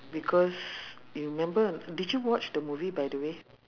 because you remember did you watch the movie by the way